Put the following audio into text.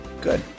Good